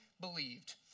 believed